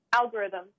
algorithm